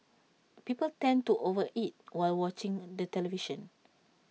people tend to over eat while watching the television